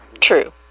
True